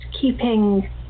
keeping